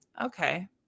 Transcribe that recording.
Okay